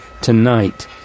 tonight